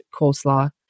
coleslaw